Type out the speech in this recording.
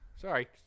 Sorry